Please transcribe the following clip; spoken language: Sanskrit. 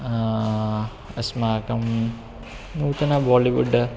अस्माकं नूतंन बाळिवुड्